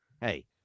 hey